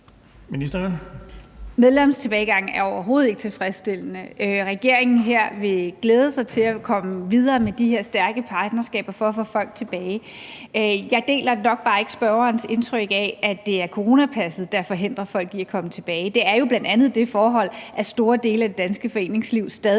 Mogensen): Medlemstilbagegangen er overhovedet ikke tilfredsstillende, og regeringen vil glæde sig til at komme videre med de her stærke partnerskaber for at få folk tilbage. Jeg deler nok bare ikke spørgerens indtryk af, at det er coronapasset, der forhindrer folk i at komme tilbage; det er jo bl.a. det forhold, at store dele af det danske foreningsliv stadig væk